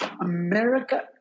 america